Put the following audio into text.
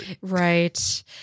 right